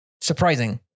surprising